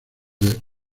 del